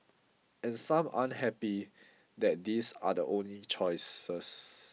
and some aren't happy that these are the only choices